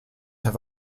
have